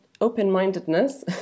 open-mindedness